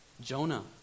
Jonah